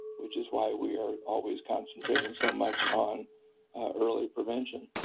which is why we are always concentrating so much on early prevention.